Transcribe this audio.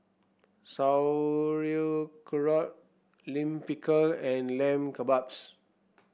Sauerkraut Lime Pickle and Lamb Kebabs